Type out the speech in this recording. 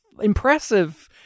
impressive